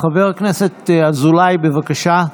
חבר הכנסת אזולאי, בבקשה.